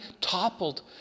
toppled